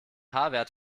wert